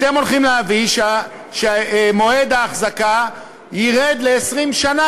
אתם הולכים להביא שמשך ההחזקה ירד ל-20 שנה,